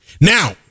Now